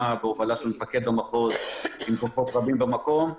בהובלה של מפקד המחוז עם כוחות רבים במקום.